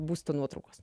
būsto nuotraukos